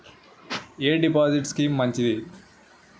ఎ deposit scheme మంచిది?